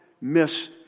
miss